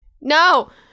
No